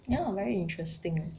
ya very interesting eh